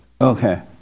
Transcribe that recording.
Okay